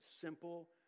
simple